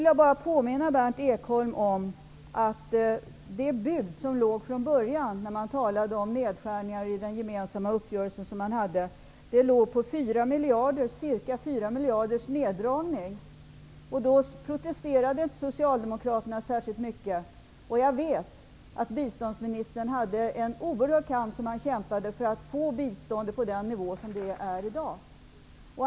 Jag vill påminna Berndt Ekholm om att det bud som man hade från början, när man talade om nedskärningar i den gemensamma uppgörelsen, låg på en neddragning med 4 miljarder. Då protesterade inte socialdemokraterna särskilt mycket. Jag vet att biståndsministern kämpade oerhört för att få biståndet på den nivå där det är i dag.